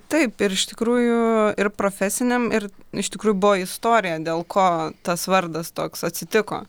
taip ir iš tikrųjų ir profesiniam ir iš tikrų buvo istorija dėl ko tas vardas toks atsitiko